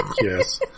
Yes